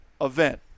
Event